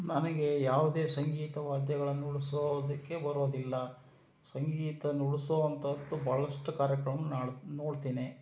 ನನಗೆ ಯಾವುದೇ ಸಂಗೀತ ವಾದ್ಯಗಳನ್ನ ನುಡಿಸೋದಕ್ಕೆ ಬರುವುದಿಲ್ಲ ಸಂಗೀತ ನುಡಿಸೋವಂಥದ್ದು ಭಾಳಷ್ಟು ಕಾರ್ಯಕ್ರಮ ನಾನು ನೋಡುತ್ತೇನೆ